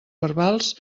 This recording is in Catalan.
verbals